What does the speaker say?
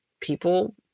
people